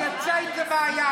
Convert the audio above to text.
אני אצא אם זו בעיה.